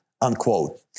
unquote